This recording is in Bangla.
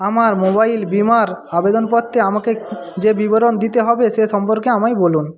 আমার মোবাইল বিমার আবেদনপত্রে আমাকে যে বিবরণ দিতে হবে সে সম্পর্কে আমায় বলুন